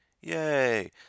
Yay